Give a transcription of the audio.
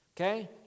Okay